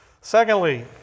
Secondly